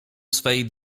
swej